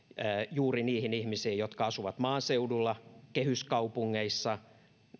juuri niihin ihmisiin jotka asuvat maaseudulla kehyskaupungeissa ja